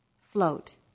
float